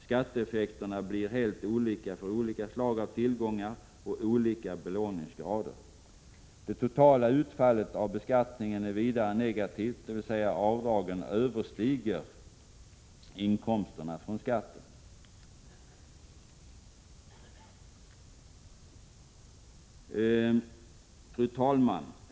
Skatteeffekterna blir helt olika för olika slag av tillgångar och olika belåningsgrader. Det totala utfallet av beskattningen är vidare negativt, dvs. avdragen överstiger inkomsterna från skatten. Fru talman!